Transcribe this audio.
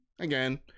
again